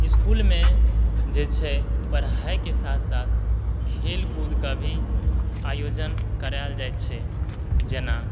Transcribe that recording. स्कूलमे जे छै पढ़ाइके साथ साथ खेलकूदके भी आयोजन करायल जैत छै जेना